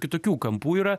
kitokių kampų yra